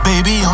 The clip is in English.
Baby